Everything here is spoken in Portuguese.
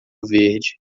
verde